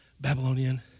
Babylonian